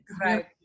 Right